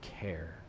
care